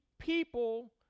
people